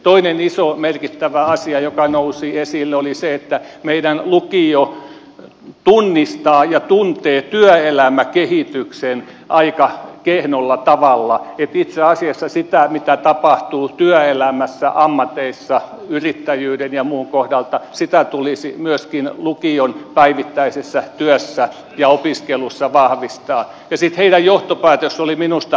toinen iso merkittävä asia joka nousi esille oli se että meidän lukiomme tunnistaa ja tuntee työelämäkehityksen aika kehnolla tavalla niin että itse asiassa sitä mitä tapahtuu työelämässä ammateissa yrittäjyyden ja muun kohdalta sitä tulisi myöskin lukion päivittäisessä työssä ja opiskelussa vahvistaa ja sitten heidän johtopäätöksensä oli minusta oikea